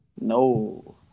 no